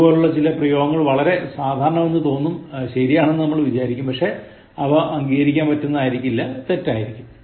ഇതുപോലുള്ള ചില പ്രയോഗങ്ങൾ വളരെ സാധാരണം എന്ന് തോന്നും ശരിയാന്നെന്നു നമ്മൾ വിചാരിക്കും പക്ഷെ അവ അങ്കികരിക്കാൻ പറ്റുന്നവയാരിക്കില്ല തെറ്റായിരിക്കും